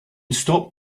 stop